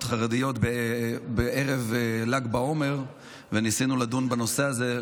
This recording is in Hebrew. חרדיות בערב ל"ג בעומר וניסינו לדון בנושא הזה.